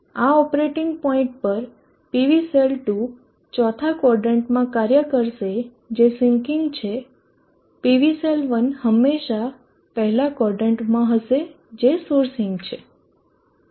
આ operating point પર PV cell 2 ચોથા ક્વોદરન્ટમાં કાર્ય કરશે જે સીન્કીંગ છે PV સેલ 1 હંમેશા પહેલા ક્વોદરન્ટમાં હશે જે સોર્સિગ છે